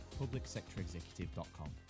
publicsectorexecutive.com